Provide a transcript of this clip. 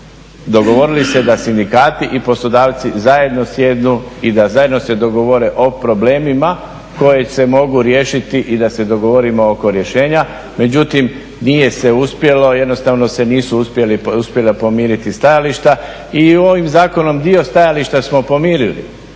dogovorili se da sindikati i poslodavci zajedno sjednu i da zajedno se dogovore o problemima koji se mogu riješiti i da se dogovorimo oko rješenja, međutim nije se uspjelo, jednostavno se nisu uspjela pomiriti stajališta i ovim zakonom dio stajališta smo pomirili,